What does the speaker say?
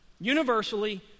universally